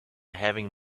having